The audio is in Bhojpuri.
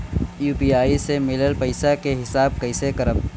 यू.पी.आई से मिलल पईसा के हिसाब कइसे करब?